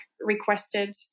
requested